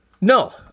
No